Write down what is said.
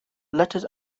letters